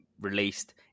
released